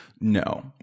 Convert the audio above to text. No